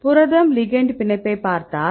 புரதம் லிகெெண்ட் பிணைப்பைப் பார்த்தால்